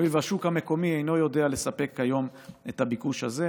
הואיל והשוק המקומי אינו יודע לספק כיום את הביקוש הזה,